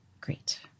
Great